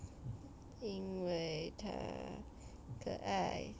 因为它可爱